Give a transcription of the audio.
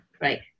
right